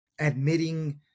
Admitting